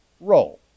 role